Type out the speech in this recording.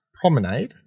Promenade